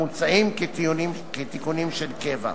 המוצעים כתיקונים של קבע.